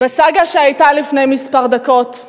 בסאגה שהיתה לפני דקות מספר,